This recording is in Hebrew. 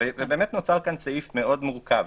ונוצר פה סעיף מאוד מורכב.